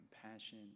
compassion